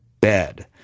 bed